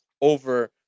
over